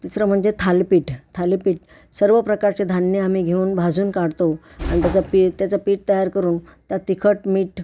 तिसरं म्हणजे थालीपीठ थालीपीठ सर्व प्रकारचे धान्य आम्ही घेऊन भाजून काढतो आणि त्याचं पी त्याचं पीठ तयार करून त्यात तिखट मीठ